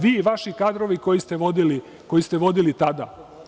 Vi i vaši kadrovi koji ste vodili tada.